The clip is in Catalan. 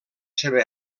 seva